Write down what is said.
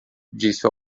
disse